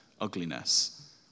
ugliness